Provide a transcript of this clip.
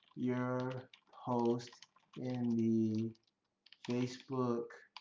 your post in the facebook